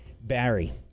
Barry